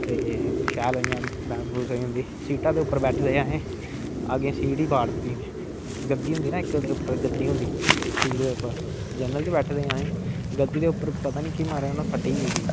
ते शैल इयां बैहस बैहस होई उंदी सीटा दे उप्पर बेठे दे हे अग्गे सीट ही गद्दी होंदी ना उपर गद्दी सीट दे उपर जरनल च बेठे दे हे आसें गद्दी दे उपर पता नी केह् मारेआ उनें फट्टी गेई